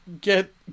get